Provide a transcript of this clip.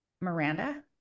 Miranda